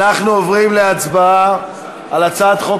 אנחנו עוברים להצבעה על הצעת חוק